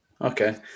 Okay